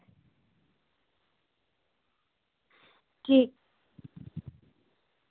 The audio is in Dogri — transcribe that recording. केह्